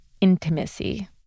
intimacy